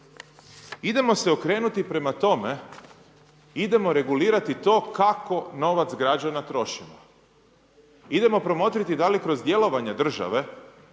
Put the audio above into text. Idemo se okrenuti prema tome, idemo regulirati to kako novac građana trošimo. Idemo promotriti da li kroz djelovanje države,